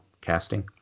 casting